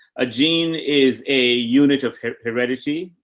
a gene is a unit of heredity.